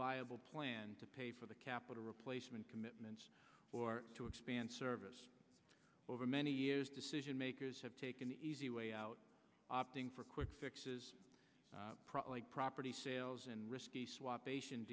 viable plan to pay for the capital replacement commitments or to expand service over many years decision makers have taken the easy way out opting for quick fixes like property sales and risky swap ati